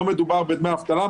לא מדובר בדמי אבטלה,